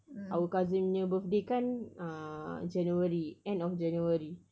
our cousin punya birthday kan uh january end of january